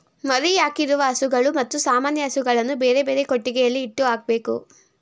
ಮರಿಯಾಕಿರುವ ಹಸುಗಳು ಮತ್ತು ಸಾಮಾನ್ಯ ಹಸುಗಳನ್ನು ಬೇರೆಬೇರೆ ಕೊಟ್ಟಿಗೆಯಲ್ಲಿ ಇಟ್ಟು ಹಾಕ್ಬೇಕು